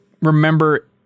remember